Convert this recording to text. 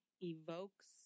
evokes